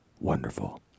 Wonderful